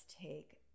take